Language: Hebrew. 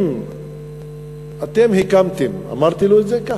אם אתם הקמתם אמרתי לו את זה ככה,